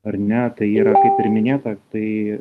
ar ne tai yra kaip ir minėta tai